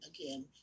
again